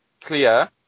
clear